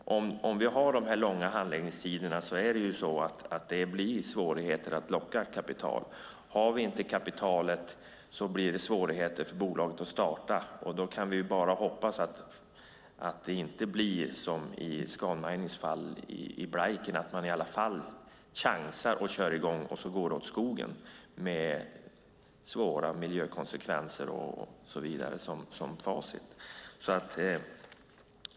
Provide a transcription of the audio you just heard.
Med dessa långa handläggningstider blir det svårigheter att locka kapital. Finns det inte kapital blir det svårigheter för bolaget att starta. Då kan vi bara hoppas att det inte går som för Scanmining i Blaiken, det vill säga att man i alla fall chansar och drar i gång, och så går det åt skogen, med svåra miljökonsekvenser och så vidare som facit.